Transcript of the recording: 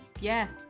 Yes